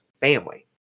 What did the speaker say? family